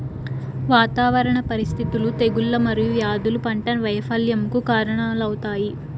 వాతావరణ పరిస్థితులు, తెగుళ్ళు మరియు వ్యాధులు పంట వైపల్యంకు కారణాలవుతాయి